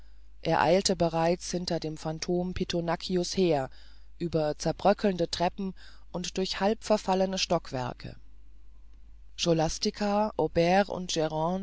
er eilte bereits hinter dem phantom pittonaccio's her über zerbröckelnde treppen und durch halb verfallene stockwerke scholastica aubert und